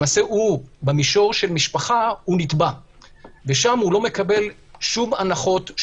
למעשה במקביל במישור של המשפחה הוא נתבע ושם הוא לא מקבל שום הנחות,